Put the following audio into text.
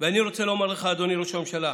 ואני רוצה לומר לך, אדוני ראש הממשלה,